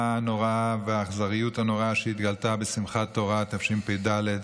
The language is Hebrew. הנוראה והאכזריות הנוראה שהתגלתה בשמחת תורה תשפ"ד,